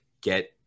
get